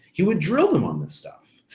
he would drill them on this stuff.